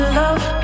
love